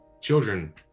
children